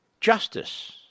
Justice